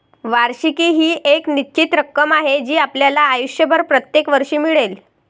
वार्षिकी ही एक निश्चित रक्कम आहे जी आपल्याला आयुष्यभर प्रत्येक वर्षी मिळेल